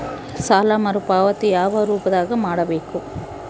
ಸಾಲ ಮರುಪಾವತಿ ಯಾವ ರೂಪದಾಗ ಮಾಡಬೇಕು?